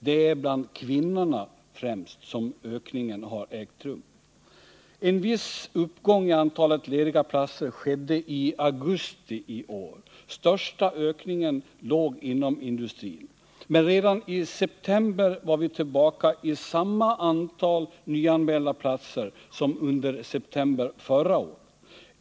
Det är bland kvinnorna som ökningen främst ägt rum. En viss uppgång i antalet lediga platser skedde i augusti i år. Största ökningen låg inom industrin. Men redan i september var vi tillbaka i samma antal nyanmälda platser som under september förra året.